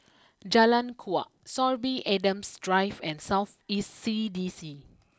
Jalan Kuak Sorby Adams Drive and South East C D C